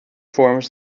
forms